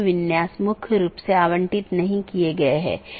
प्रत्येक AS के पास इष्टतम पथ खोजने का अपना तरीका है जो पथ विशेषताओं पर आधारित है